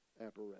apparatus